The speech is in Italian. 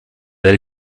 del